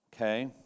Okay